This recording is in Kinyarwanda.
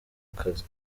akazi